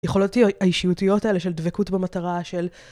יכולותי האישיותיות האלה של דבקות במטרה של...